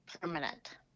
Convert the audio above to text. permanent